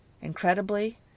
Incredibly